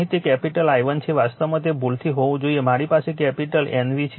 અહીં તે capital I1 છે વાસ્તવમાં તે ભૂલથી હોવું જોઈએ મારી પાસે કેપિટલ N V છે